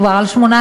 מדובר על 18%,